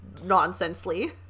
nonsensely